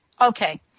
Okay